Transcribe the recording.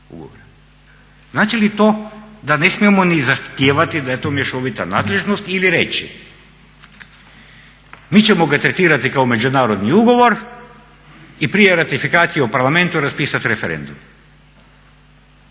ugovora. Znači li to da ne smijemo ni zahtijevati da je to mješovita nadležnost ili reći mi ćemo ga tretirati kao međunarodni ugovor i prije ratifikacije u Parlamentu raspisati referendum.